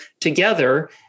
together